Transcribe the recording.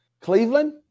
Cleveland